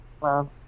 love